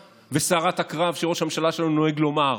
וסערת הקרב שראש הממשלה שלנו נוהג לומר: